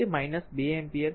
તેથી આ તે 2 એમ્પીયર છે